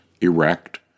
erect